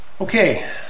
Okay